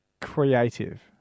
creative